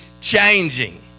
changing